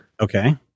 Okay